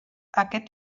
aquest